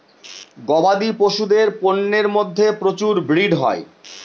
গবাদি পশুদের পন্যের মধ্যে প্রচুর ব্রিড হয়